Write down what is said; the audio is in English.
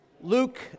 Luke